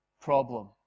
Problem